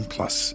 Plus